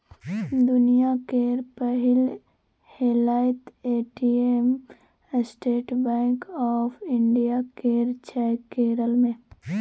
दुनियाँ केर पहिल हेलैत ATM state bank of India केर छै केरल मे